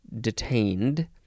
detained